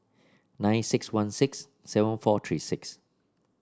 nine six one six seven four three six